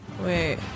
Wait